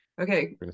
Okay